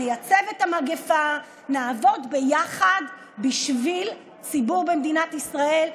נייצב את המגפה ונעבוד ביחד בשביל הציבור במדינת ישראל,